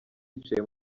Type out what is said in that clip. yicaye